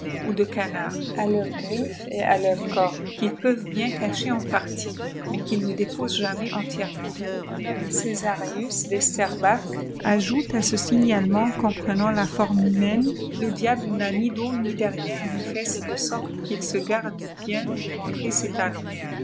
pu de canard à leufs grififes et à leurs cornes qu'ils peavenl nien cacher en partie mais qu'ils ne déposent jamais entièrement cœsarius d'heisterbach ajoute à ce signalement qu'en prenant la forme humaine le diable n'a ni dos ni derrière ni fesse de sorte qu'il se garde bien de montrer ses talons